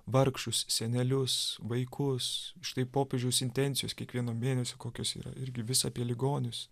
vargšus senelius vaikus štai popiežiaus intencijos kiekvieno mėnesio kokios yra irgi vis apie ligonius